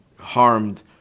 harmed